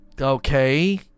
okay